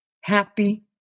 Happy